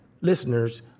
listeners